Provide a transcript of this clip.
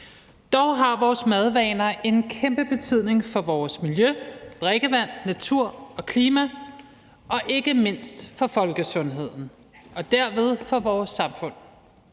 Dog har vores madvaner en kæmpe betydning for vores miljø, drikkevand, natur og klima og ikke mindst for folkesundheden og derved for vores samfund.